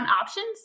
options